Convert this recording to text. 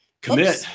Commit